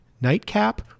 Nightcap